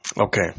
okay